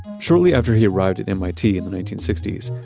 shortly after he arrived at mit in the nineteen sixty s,